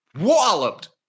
walloped